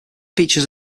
features